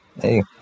Hey